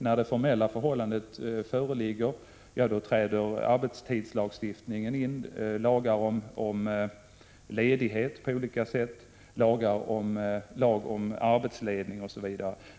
När det formella förhållandet föreligger träder arbetstidslagstiftningen in. Detsamma gäller lagar om ledighet på olika sätt, lagen om arbetsledning osv.